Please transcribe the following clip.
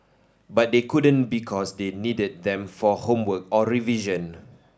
but they couldn't because they needed them for homework or revision